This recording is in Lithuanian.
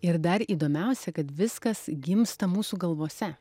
ir dar įdomiausia kad viskas gimsta mūsų galvose